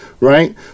right